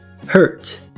Hurt